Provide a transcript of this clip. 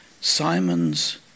Simon's